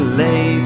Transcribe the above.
lay